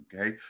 Okay